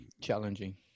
challenging